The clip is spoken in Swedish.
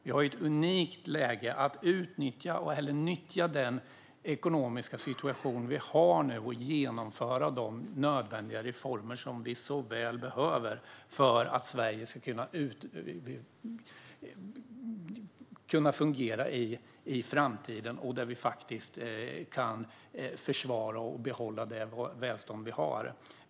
Vi har ett unikt läge att nyttja den ekonomiska situation som vi har nu och genomföra de nödvändiga reformer som vi så väl behöver för att Sverige ska kunna fungera i framtiden så att vi faktiskt kan försvara och behålla det välstånd som vi har.